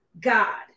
God